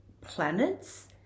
planets